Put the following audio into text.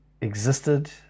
existed